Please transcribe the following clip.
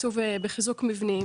בחיזוק מבנים.